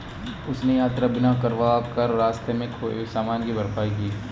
उसने यात्रा बीमा करवा कर रास्ते में खोए हुए सामान की भरपाई की